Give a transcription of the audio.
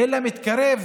אלא מתקרב